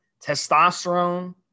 testosterone